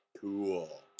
cool